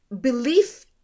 belief